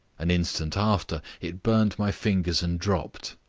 an instant after it burned my fingers and dropped,